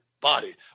body